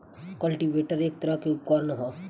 cultivator एक तरह के उपकरण ह